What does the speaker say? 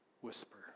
whisper